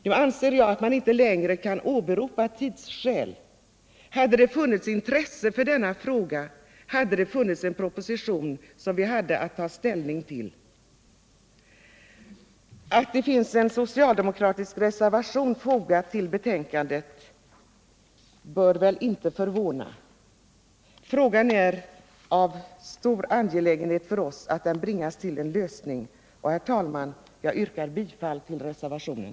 Nu anser jag att man inte längre kan åberopa tidsskäl. Hade det funnits intresse för denna fråga hade det funnits en proposition att ta ställning till. Att det finns en socialdemokratisk reservation fogad till betänkandet bör väl inte förvåna. Det är angeläget för oss att frågan bringas till en lösning, och, herr talman, jag yrkar bifall till reservationen.